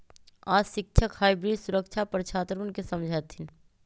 आज शिक्षक हाइब्रिड सुरक्षा पर छात्रवन के समझय थिन